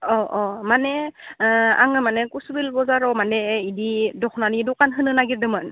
अ अ माने आङो माने कसुबिल बजाराव माने इदि दख'नानि दखान होनो नागिरदोमोन